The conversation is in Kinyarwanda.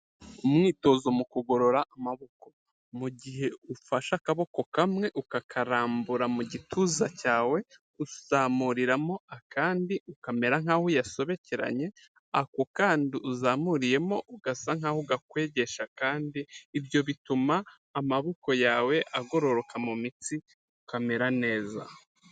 Umwitozo mu kugorora amaboko, mu gihe ufashe akaboko kamwe ukakarambura mu gituza cyawe, uzamuriramo akandi ukamera nkaho uyasobekeranye, ako kandi uzamuriyemo ugasa nkaho ugakwegesha akandi, ibyo bituma amaboko yawe agororoka mu mitsi ukamera neza.